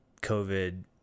COVID